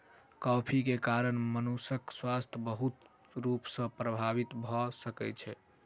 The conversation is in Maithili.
कॉफ़ी के कारण मनुषक स्वास्थ्य बहुत रूप सॅ प्रभावित भ सकै छै